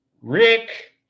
Rick